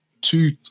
two